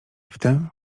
wtem